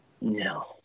No